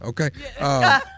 Okay